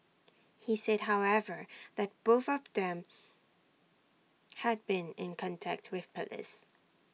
he said however that both of them had been in contact with Police